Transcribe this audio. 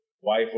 wife